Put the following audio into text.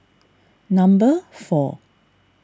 number four